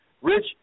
Rich